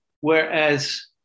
Whereas